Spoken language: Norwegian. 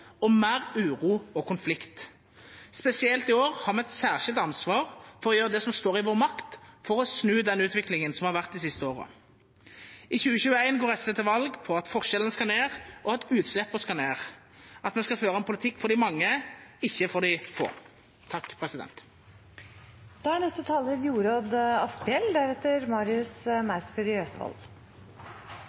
og mer uro og konflikt. Spesielt i år har vi et særskilt ansvar for å gjøre det som står i vår makt for å snu den utviklingen som har vært de siste årene. I 2021 går SV til valg på at forskjellene skal ned, og at utslippene skal ned, og at vi skal føre en politikk for de mange, ikke for de få. Statsministeren åpnet sitt innlegg i dag med å si at dette er